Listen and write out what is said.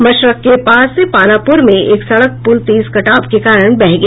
मशरख के पास पानापुर में एक सड़क पुल तेज कटाव के कारण बह गया